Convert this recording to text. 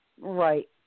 right